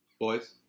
boys